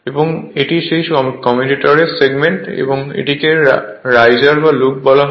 এবং এটি সেই কমিউটেটর সেগমেন্ট এবং এটিকে রাইজার বা লুগ বলা হয়